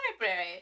library